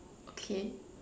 okay